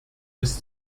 bis